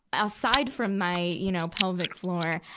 ah aside from my, you know, pelvic floor,